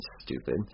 stupid